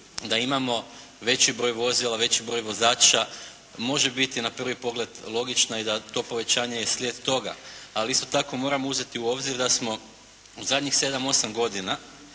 da imamo veći broj vozila, veći broj vozača može biti na prvi pogled logična i da to povećanje je slijed toga, ali isto tako moramo uzeti u obzir da smo u zadnjih 7-8 godina